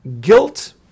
Guilt